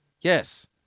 Yes